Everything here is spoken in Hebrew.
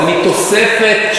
זה מתוספת,